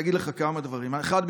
להגיד לך כמה דברים: האחד,